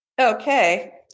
okay